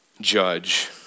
judge